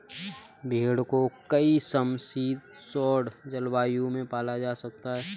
भेड़ को कई समशीतोष्ण जलवायु में पाला जा सकता है